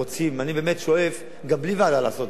אני באמת שואף גם בלי ועדה לעשות את זה.